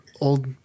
old